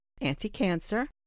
anti-cancer